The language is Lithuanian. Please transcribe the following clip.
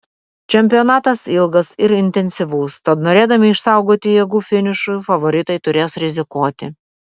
čempionatas ilgas ir intensyvus tad norėdami išsaugoti jėgų finišui favoritai turės rizikuoti